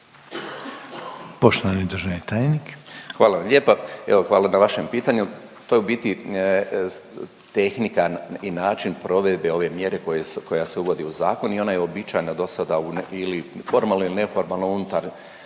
Zdravko** Hvala vam lijepa. Evo hvala na vašem pitanju, to je u biti tehnika i način provedbe ove mjere koja se uvodi u zakon i ona je uobičajena dosada u ili formalno ili neformalno unutar